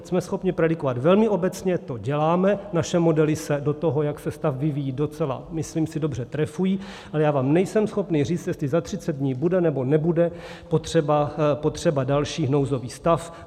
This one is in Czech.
Jsme schopni predikovat velmi obecně, to děláme, naše modely se do toho, jak se stav vyvíjí docela, myslím si, dobře trefují, ale já vám nejsem schopen říct, jestli za 30 dní bude, nebo nebude potřeba další nouzový stav.